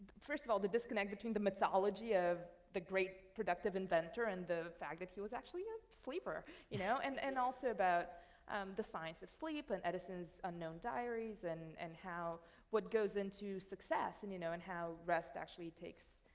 first of all, the disconnect between the mythology of the great productive inventor and the fact that he was actually a sleeper. you know and and also about the science of sleep and edison's unknown diaries and and how what goes into success and you know and how rest actually takes